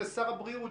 זה שר הבריאות.